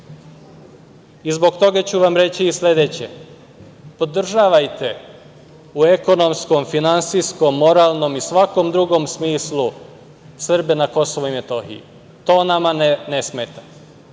Zbog toga ću vam reći i sledeće – podržavajte u ekonomskom, finansijskom, moralnom i svakom drugom smislu Srbe na Kosovu i Metohiji. To nama ne smeta.